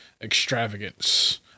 Extravagance